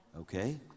okay